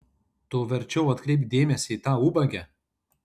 tu verčiau atkreipk dėmesį į tą ubagę